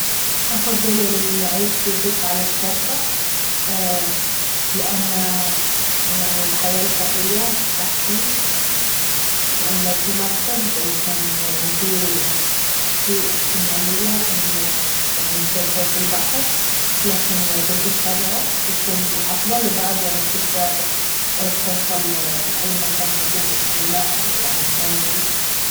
افضل العيش في بيت على الشجرة لانه يعني الحياة البرية احسن لان لو في مركب بيكون يعني في- في احتمالية انه يعني يصير شي في البحر لكن بيت الشجرة بيكون افضل وبعد يعني تقدر توصل لأي مكان تبيه بسهولة او يعني تنزل